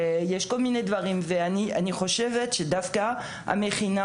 יש כל מיני דברים ואני חושבת שדווקא המכינה